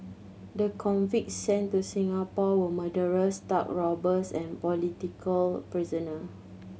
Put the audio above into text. the convicts sent to Singapore were murderers thug robbers and political prisoner